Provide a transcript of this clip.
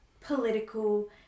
political